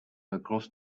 across